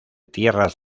tierras